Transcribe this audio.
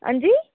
हंजी